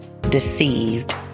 deceived